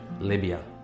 Libya